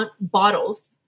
bottles